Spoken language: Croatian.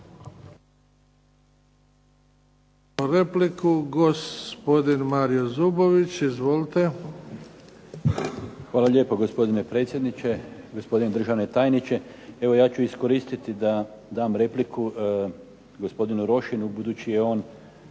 Hvala lijepa gospodine predsjedniče, gospodine državni tajniče. Evo ja ću iskoristiti da dam repliku gospodinu Rošinu budući je on